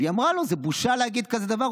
והיא אמרה לו: זה בושה להגיד כזה דבר.